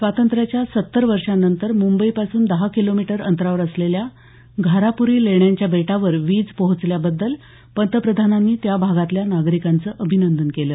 स्वातंत्र्याच्या सत्तर वर्षांनंतर मुंबईपासून दहा किलोमीटर अंतरावर असलेल्या घाराप्री लेण्यांच्या बेटावर वीज पोहोचल्याबद्दल पंतप्रधानांनी त्या भागातल्या नागरिकांचं अभिनंदन केलं